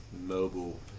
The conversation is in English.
mobile